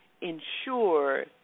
ensure